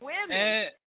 women